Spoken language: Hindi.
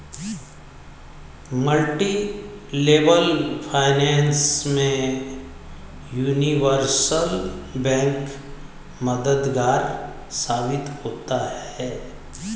मल्टीलेवल फाइनेंस में यूनिवर्सल बैंक मददगार साबित होता है